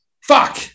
Fuck